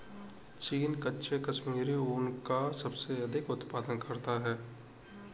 चीन कच्चे कश्मीरी ऊन का सबसे अधिक उत्पादन करता है